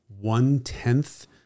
one-tenth